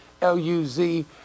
L-U-Z